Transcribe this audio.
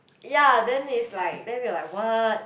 ya then is like then we're like what